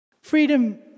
freedom